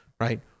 right